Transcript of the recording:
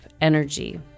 energy